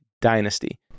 dynasty